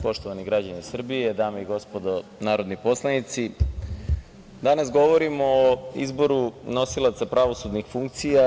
Poštovani građani Srbije, dame i gospodo narodni poslanici, danas govorimo o izboru nosilaca pravosudnih funkcija.